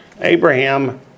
Abraham